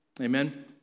Amen